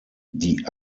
die